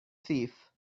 thief